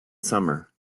summer